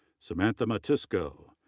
samantha matisko,